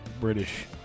British